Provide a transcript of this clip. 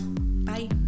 Bye